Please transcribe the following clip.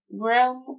realm